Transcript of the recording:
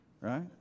right